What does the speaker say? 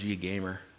gamer